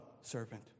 servant